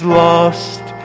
lost